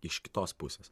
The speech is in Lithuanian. iš kitos pusės